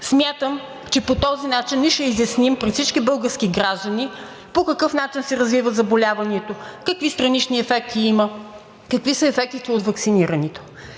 Смятам, че по този начин ще изясним пред всички български граждани по какъв начин се развива заболяването, какви странични ефекти има, какви са ефектите от ваксинирането